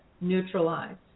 neutralized